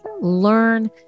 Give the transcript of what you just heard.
learn